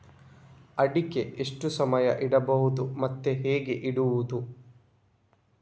ಅಡಿಕೆ ಎಷ್ಟು ಸಮಯ ಇಡಬಹುದು ಮತ್ತೆ ಹೇಗೆ ಇಡುವುದು?